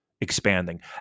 expanding